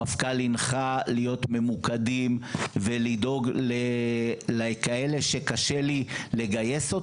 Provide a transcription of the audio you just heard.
המפכ"ל הנחה להיות ממוקדים ולדאוג לכאלה שקשה לי לגייס.